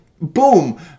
Boom